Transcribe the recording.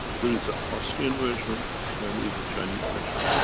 there is a austrian version and there is a chinese version.